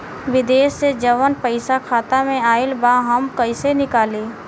विदेश से जवन पैसा खाता में आईल बा हम कईसे निकाली?